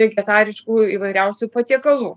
vegetariškų įvairiausių patiekalų